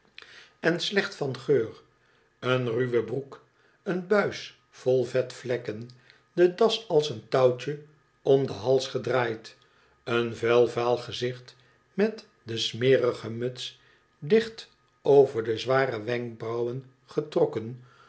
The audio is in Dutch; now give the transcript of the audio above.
geworden ben van geur een ruwe broek een buis vol vetvlekken de das als een touwtje om den hals gedraaid een vuil vaal gezicht met de smerige muts dicht over de zware wenkbrauwen getrokken